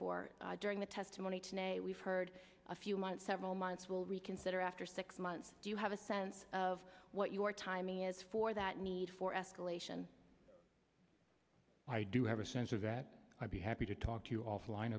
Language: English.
for during the testimony today we've heard a few months several months will reconsider after six months do you have a sense of what your timing is for that need for escalation i do have a sense of that i'd be happy to talk to you offline